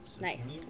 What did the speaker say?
Nice